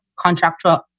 contractual